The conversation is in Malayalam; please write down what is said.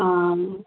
ആന്ന്